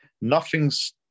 Nothing's